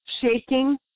shaking